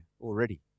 already